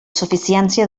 suficiència